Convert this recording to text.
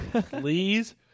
please